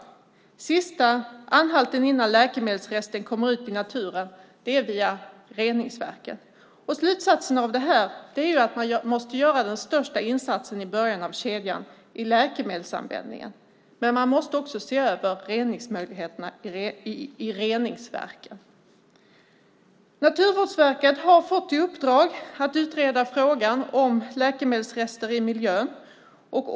Den sista anhalten innan läkemedelsresten kommer ut i naturen är via reningsverket. Slutsatsen av det här är att man måste göra den största insatsen i början av kedjan, i läkemedelsanvändningen. Men man måste också se över reningsmöjligheterna i reningsverken. Naturvårdsverket har fått i uppdrag att utreda frågan om läkemedelsrester i miljön.